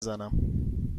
زنم